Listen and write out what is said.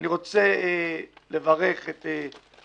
אני רוצה לברך את שותפי,